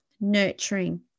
nurturing